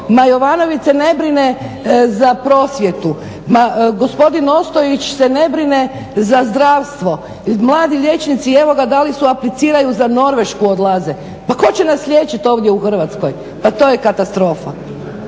Ma Jovanović se ne brine za prosvjetu. Ma gospodin Ostojić se ne brine za zdravstvo. Mladi liječnici evo ga dali su, apliciraju za Norvešku, odlaze. Pa tko će nas liječiti ovdje u Hrvatskoj? Pa to je katastrofa.